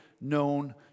known